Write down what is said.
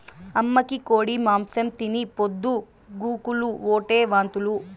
అమ్మకి కోడి మాంసం తిని పొద్దు గూకులు ఓటే వాంతులు